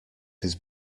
his